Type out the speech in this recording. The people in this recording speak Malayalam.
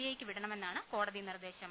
ഐ യ്ക്ക് വിടണമെന്നാണ് കോടതി നിർദേശം